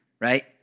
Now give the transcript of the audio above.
right